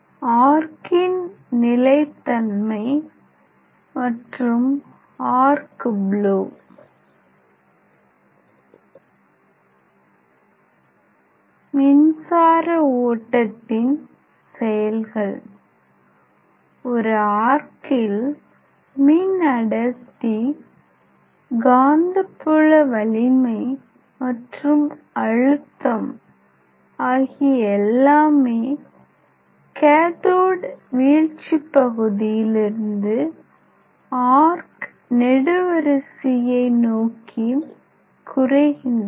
ஆர்க்கின் நிலைத்தன்மை arc flow மின்சார ஓட்டத்தின் செயல்கள் ஒரு ஆர்க்கில் மின் அடர்த்தி காந்தப்புல வலிமை மற்றும் அழுத்தம் ஆகிய எல்லாமே கேதோட் வீழ்ச்சி பகுதியிலிருந்து ஆர்க் நெடுவரிசையை நோக்கி குறைகின்றன